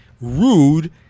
rude